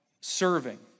serving